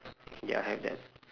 ya I have that